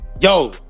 Yo